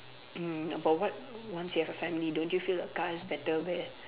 mm but what once you have a family don't you feel a car is better where